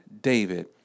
David